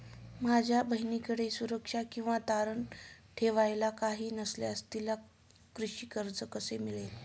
माझ्या बहिणीकडे सुरक्षा किंवा तारण ठेवायला काही नसल्यास तिला कृषी कर्ज कसे मिळेल?